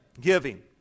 Giving